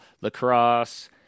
lacrosse